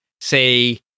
say